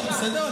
טוב, בסדר.